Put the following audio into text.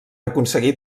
aconseguir